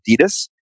Adidas